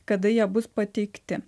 kada jie bus pateikti